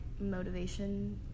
motivation